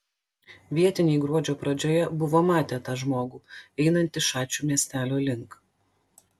vietiniai gruodžio pradžioje buvo matę tą žmogų einantį šačių miestelio link